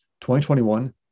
2021